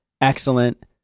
excellent